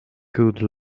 good